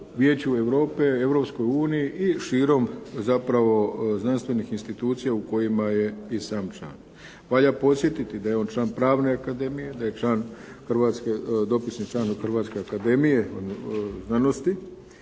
Vijeću Europe, u Europskoj uniji i širom zapravo znanstvenih institucija u kojima je i sam član. Valja podsjetiti da je on član Pravne akademije, da je dopisni član Hrvatske akademije znanosti